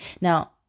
now